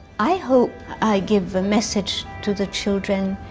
i hope i give the message to the children,